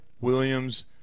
Williams